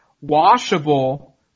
washable